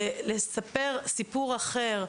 לספר סיפור אחר,